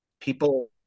People